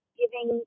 giving